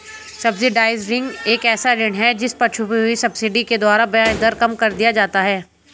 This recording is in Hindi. सब्सिडाइज्ड ऋण एक ऐसा ऋण है जिस पर छुपी हुई सब्सिडी के द्वारा ब्याज दर कम कर दिया जाता है